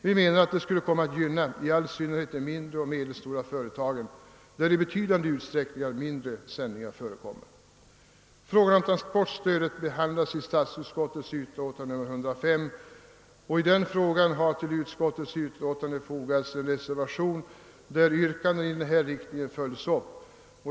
Vi menar att detta skulle komma att gynna i synnerhet de mindre och medelstora företagen, där mindre sändningar förekommer i betydande utsträckning. Frågan om transportstödet behandlas i statsutskottets utlåtande nr 105, och i den frågan har till utskottets utlåtande fogats en reservation där yrkanden i denna riktning följs upp.